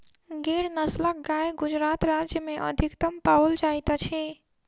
गिर नस्लक गाय गुजरात राज्य में अधिकतम पाओल जाइत अछि